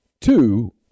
two